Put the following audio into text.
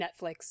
Netflix